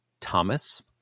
Thomas